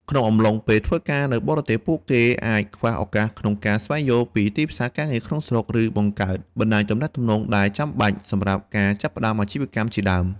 ក្នុងអំឡុងពេលធ្វើការនៅបរទេសពួកគេអាចខ្វះឱកាសក្នុងការស្វែងយល់ពីទីផ្សារការងារក្នុងស្រុកឬបង្កើតបណ្តាញទំនាក់ទំនងដែលចាំបាច់សម្រាប់ការចាប់ផ្តើមអាជីវកម្មជាដើម។